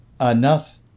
Enough